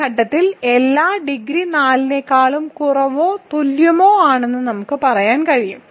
ഈ ഘട്ടത്തിൽ എല്ലാം ഡിഗ്രി 4 നേക്കാൾ കുറവോ തുല്യമോ ആണെന്ന് നമുക്ക് പറയാൻ കഴിയും